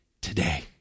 today